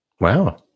Wow